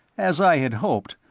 as i had hoped,